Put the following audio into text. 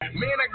man